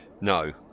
No